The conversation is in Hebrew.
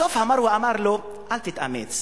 בסוף המרואי אמר לו: אל תתאמץ.